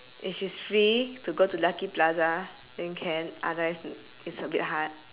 if she's free to go to lucky plaza then can otherwise it it's a bit hard